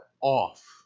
off